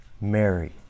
Mary